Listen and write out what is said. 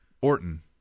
Orton